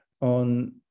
on